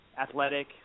athletic